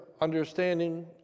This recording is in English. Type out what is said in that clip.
understanding